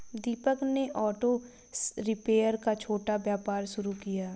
दीपक ने auto repair का छोटा व्यापार शुरू किया